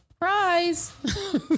prize